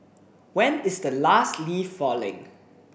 when is the last leaf falling